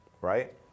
right